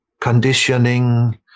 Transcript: conditioning